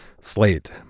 Slate